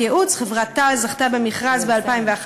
חברת ייעוץ, חברת "תהל" זכתה במכרז ב-2011,